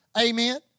amen